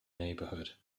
neighborhood